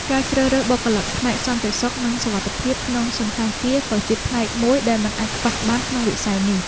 ការជ្រើសរើសបុគ្គលិកផ្នែកសន្តិសុខ និងសុវត្ថិភាពក្នុងសណ្ឋាគារក៏ជាផ្នែកមួយដែលមិនអាចខ្វះបានក្នុងវិស័យនេះ។